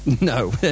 No